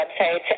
websites